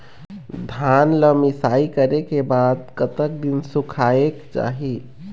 धान ला मिसाई करे के बाद कतक दिन सुखायेक चाही?